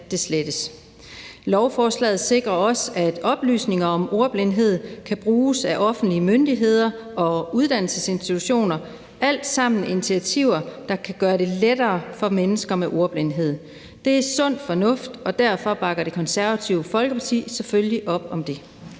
Lovforslaget sikrer også, at oplysninger om ordblindhed kan bruges af offentlige myndigheder og uddannelsesinstitutioner. Det er alt sammen initiativer, der kan gøre det lettere for mennesker med ordblindhed. Det er sund fornuft, og derfor bakker Det Konservative Folkeparti selvfølgelig op om det.